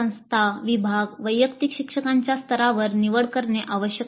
संस्था विभाग वैयक्तिक शिक्षकांच्या स्तरावर निवड करणे आवश्यक आहे